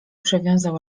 przewiązał